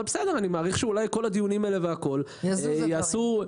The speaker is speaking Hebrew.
אבל אני מעריך שאולי כל הדיונים האלה יעשו את השינוי.